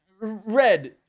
Red